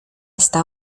esta